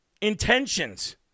intentions